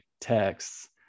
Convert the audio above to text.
texts